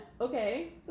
Okay